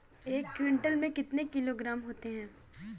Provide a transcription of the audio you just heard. एक क्विंटल में कितने किलोग्राम होते हैं?